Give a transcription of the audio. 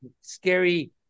scary